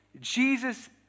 Jesus